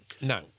Now